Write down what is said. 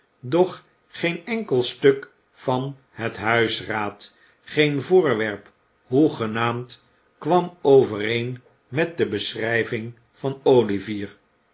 doch geen enkel stuk van het huisraad geen voorwerp hoegenaamd kwam overeen met de beschrijving van olivier